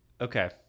Okay